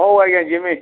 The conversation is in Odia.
ହଉ ଆଜ୍ଞା ଯିମି